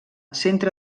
centre